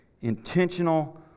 intentional